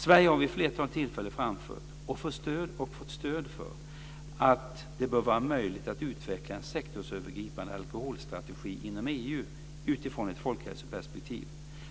Sverige har vid ett flertal tillfällen framfört, och fått stöd för, att det bör vara möjligt att utveckla en sektorsövergripande alkoholstrategi inom EU utifrån ett folkhälsoperspektiv,